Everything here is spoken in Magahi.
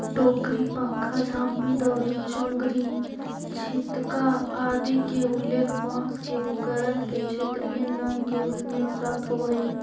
टोकरी, पंखा, झांपी, दौरी, चोंगरी, छितका आदि के उल्लेख बाँँस के उपकरण के क्षेत्रीय नाम के रूप में प्राप्त होवऽ हइ